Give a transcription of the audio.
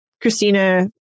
Christina